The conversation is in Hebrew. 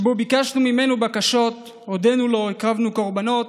שבו ביקשנו ממנו בקשות, הודינו לו, הקרבנו קורבנות